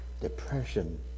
depression